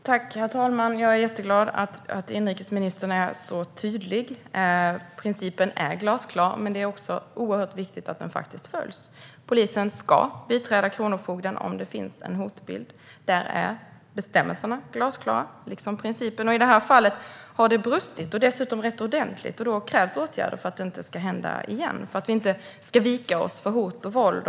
Herr talman! Jag är jätteglad över att inrikesministern är så tydlig. Principen är glasklar, men det är viktigt att den också följs. Polisen ska biträda kronofogden om det finns en hotbild. Bestämmelserna om detta är glasklara. I detta fall har det brustit rätt ordentligt. För att det inte ska hända igen krävs åtgärder. Samhället får inte vika sig för hot och våld.